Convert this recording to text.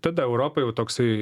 tada europa jau toksai